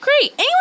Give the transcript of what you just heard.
Great